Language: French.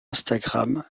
instagram